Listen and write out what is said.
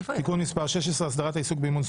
פניית יושבת ראש ועדת החינוך,